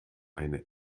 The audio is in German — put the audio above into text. eine